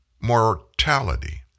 mortality